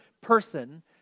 person